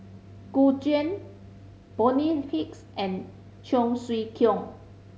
Gu Juan Bonny Hicks and Cheong Siew Keong